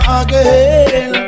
again